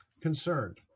concerned